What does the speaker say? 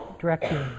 directing